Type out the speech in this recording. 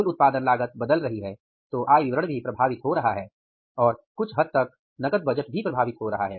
कुल उत्पादन लागत बदल रही है तो आय विवरण भी प्रभावित हो रहा है और कुछ हद तक नकद बजट भी प्रभावित हो रहा है